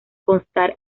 constar